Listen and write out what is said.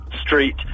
Street